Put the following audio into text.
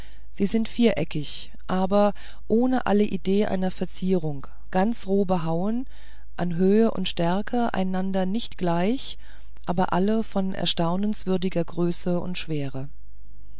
sie sind viereckig aber ohne alle idee einer verzierung ganz roh behauen an höhe und stärke einander nicht gleich aber alle von erstaunenswürdiger größe und schwere